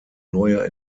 neue